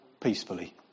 peacefully